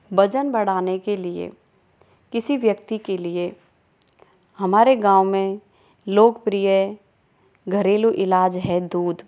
वजन बढ़ाने के लिए किसी व्यक्ति के लिए हमारे गाँव में लोकप्रिय घरेलू इलाज है दूध